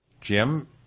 Jim